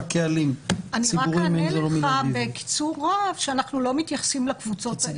אני רק אענה לך בקיצור רב שאנחנו לא מתייחסים לקבוצות האלה.